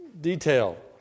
detail